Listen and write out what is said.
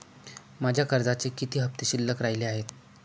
माझ्या कर्जाचे किती हफ्ते शिल्लक राहिले आहेत?